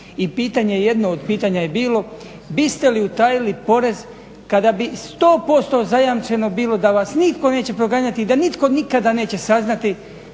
i pitanje jedno od pitanja je bilo biste li utajili porez kada bi 100% zajamčeno bilo da vas nitko neće proganjati i da nitko nikada neće saznati